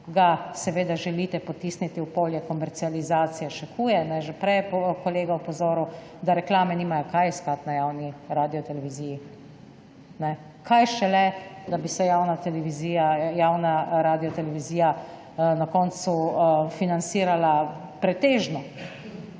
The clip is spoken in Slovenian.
ga seveda želite potisniti v polje komercializacije. Še huje, že prej je kolega opozoril, da reklame nimajo kaj iskati na javni radioteleviziji, kaj šele, da bi se javna Radiotelevizija na koncu financirala pretežno